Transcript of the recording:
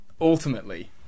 ultimately